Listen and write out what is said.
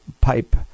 pipe